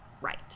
right